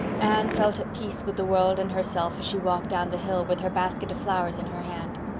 anne felt at peace with the world and herself as she walked down the hill with her basket of flowers in her hand.